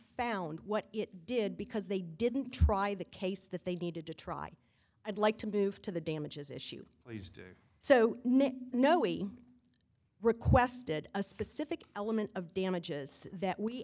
found what it did because they didn't try the case that they needed to try i'd like to move to the damages issue used so no we requested a specific element of damages that we